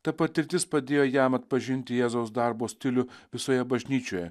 ta patirtis padėjo jam atpažint jėzaus darbo stilių visoje bažnyčioje